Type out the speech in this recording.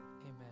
Amen